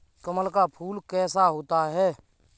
कमल का फूल कैसा होता है?